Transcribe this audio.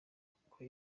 kuko